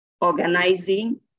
organizing